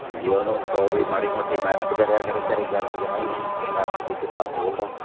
ਹਾਂਜੀ ਉਹਨੂੰ ਕਹੋ ਵੀ ਮਾੜੀ ਮੋਟੀ ਮਿਹਨਤ ਕਰਿਆ ਕਰੇ ਘਰੇ ਜਾ ਕੇ ਜਮਾ ਹੀ ਨਹੀਂ ਉਹ ਮੈਥ ਦੀ ਕਿਤਾਬ ਖੋਲਦਾ